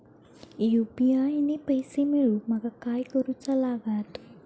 UPI ने पैशे मिळवूक माका काय करूचा लागात?